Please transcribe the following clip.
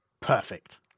Perfect